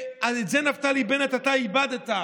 אז את זה, נפתלי בנט, אתה איבדת.